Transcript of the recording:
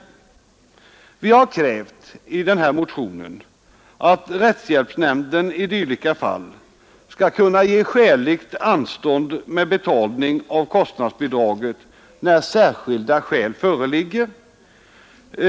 Vi har i motionen krävt att rättshjälpsnämnden i dylika fall skall kunna ge skäligt anstånd med betalning av kostnadsbidraget när särskilda skäl föreligger.